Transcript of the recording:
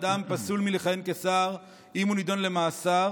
אדם פסול מלכהן כשר אם הוא נידון למאסר